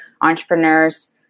entrepreneurs